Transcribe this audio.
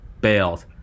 bailed